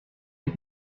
les